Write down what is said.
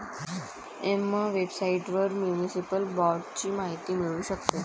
Emma वेबसाइटवर municipal बाँडची माहिती मिळू शकते